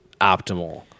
optimal